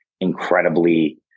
incredibly